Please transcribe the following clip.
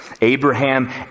Abraham